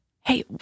hey